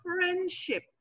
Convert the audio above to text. friendship